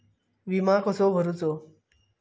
विमा कसो भरूचो?